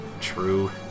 true